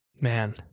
man